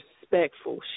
respectful